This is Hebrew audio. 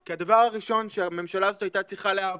כי הדבר הראשון שהממשלה הזאת הייתה צריכה להעביר,